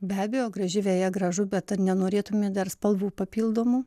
be abejo graži veja gražu bet ar nenorėtumėt dar spalvų papildomų